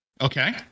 Okay